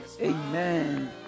Amen